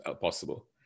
possible